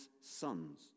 sons